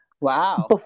Wow